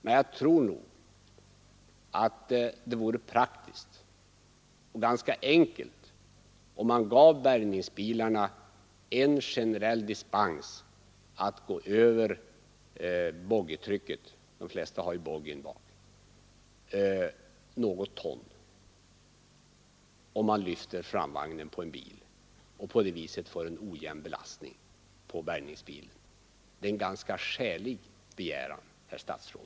Men jag tror nog att det vore praktiskt och ganska enkelt att ge bärgningsbilarna en generell dispens att gå över boggitrycket — de flesta har ju boggin bak — något ton, om man lyfter framvagnen på en bil och på det sättet får en ojämn belastning på bärgningsbilen. Det är en ganska skälig begäran, herr statsråd!